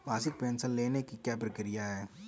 मासिक पेंशन लेने की क्या प्रक्रिया है?